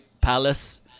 Palace